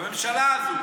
בממשלה הזו.